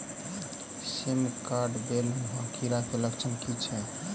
सेम कऽ बेल म कीड़ा केँ लक्षण की छै?